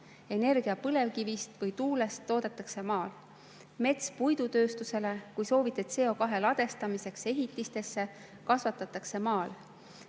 energia põlevkivist või tuulest toodetakse maal, mets puidutööstusele, kui soovite, CO2 ladestamiseks ehitistesse, kasvab maal.